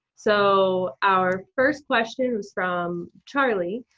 so our first question's from charlie.